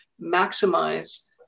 maximize